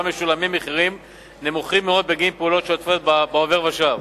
משולמים מחירים נמוכים מאוד בגין פעולות שוטפות בעובר ושב,